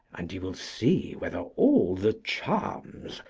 and you will see whether all the charms,